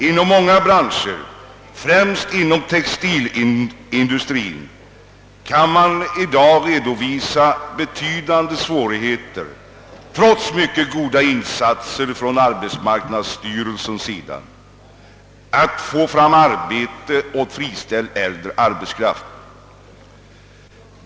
Inom många branscher, främst inom textilindustrin, redovisas i dag betydande svårigheter — trots mycket goda insatser från arbetsmarknadsstyrelsens sida — att få fram arbete åt friställd äldre arbetskraft.